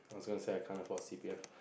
I was gonna say I can't afford C_P_F